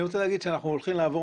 אני רוצה לומר שאנחנו הולכים לעבור